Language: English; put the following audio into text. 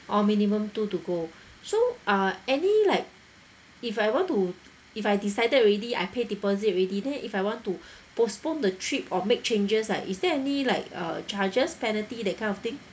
orh minimum two to go so uh any like if I want to if I decided already I pay deposit already then if I want to postpone the trip or make changes ah is there any like uh charges penalty that kind of thing